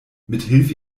mithilfe